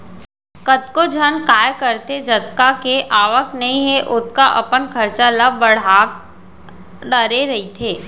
कतको झन काय करथे जतका के आवक नइ हे ओतका अपन खरचा ल बड़हा डरे रहिथे